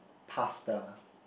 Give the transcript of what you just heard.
pasta